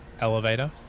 elevator